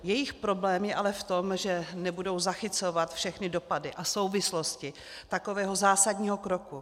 Jejich problém je ale v tom, že nebudou zachycovat všechny dopady a souvislosti takového zásadního kroku.